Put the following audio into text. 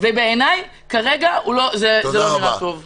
בעיניי כרגע זה לא עושה לה טוב.